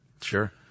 Sure